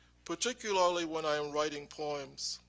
particularly when i am writing poems,